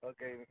Okay